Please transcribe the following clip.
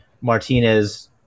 Martinez